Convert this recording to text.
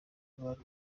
bari